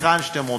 היכן שאתם רוצים.